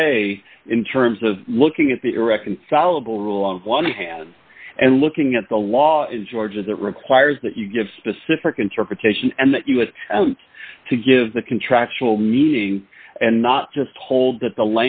say in terms of looking at the irreconcilable rule on one hand and looking at the law is georgia that requires that you give specific interpretation and that you have to give the contractual meaning and not just hold that the